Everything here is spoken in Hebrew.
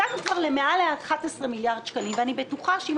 הגענו כבר למעל 11 מיליארד שקלים; ואני בטוחה שאם